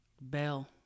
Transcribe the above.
Bell